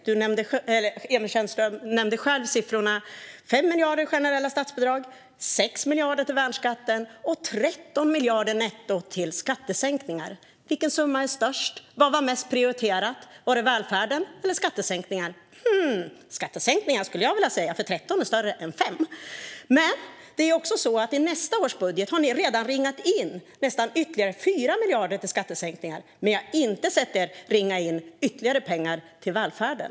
Emil Källström nämnde själv siffrorna 5 miljarder i generella statsbidrag, 6 miljarder till värnskatten och 13 miljarder netto till skattesänkningar. Vilken summa är störst? Vad var mest prioriterat - var det välfärden eller skattesänkningar? Skattesänkningar, skulle jag vilja säga, för 13 är större än 5. I nästa års budget har ni redan ringat in ytterligare nästan 4 miljarder till skattesänkningar, men jag har inte sett er ringa in ytterligare pengar till välfärden.